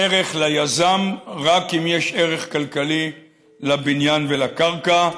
ערך ליזם רק אם יש ערך כלכלי לבניין ולקרקע,